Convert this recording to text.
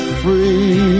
free